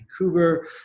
Vancouver